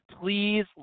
please